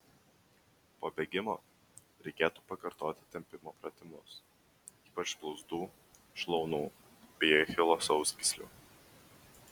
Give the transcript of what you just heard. po bėgimo reikėtų pakartoti tempimo pratimus ypač blauzdų šlaunų bei achilo sausgyslių